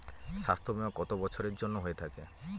স্বাস্থ্যবীমা কত বছরের জন্য হয়ে থাকে?